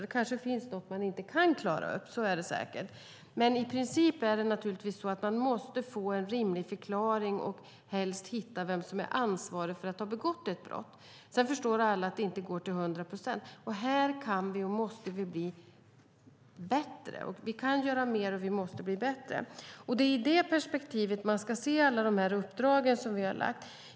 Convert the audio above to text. Det finns säkert något brott polisen inte kan klara upp, men i princip måste målsäganden få en rimlig förklaring och polisen ska helst hitta den som är ansvarig för att ha begått ett brott. Sedan förstår alla att det inte går till hundra procent. Vi kan göra mer, och vi måste bli bättre. I det perspektivet ska man se alla de uppdrag vi har lagt ut.